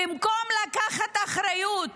במקום לקחת אחריות,